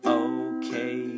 okay